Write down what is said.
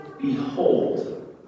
behold